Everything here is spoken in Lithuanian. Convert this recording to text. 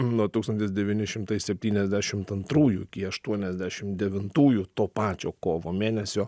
nuo tūkstantis devyni šimtai septyniasdešimt antrųjų iki aštuoniasdešim devintųjų to pačio kovo mėnesio